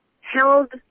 held